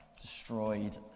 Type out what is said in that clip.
destroyed